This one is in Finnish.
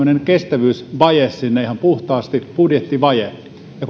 kestävyysvaje ihan puhtaasti budjettivaje ja